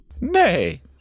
nay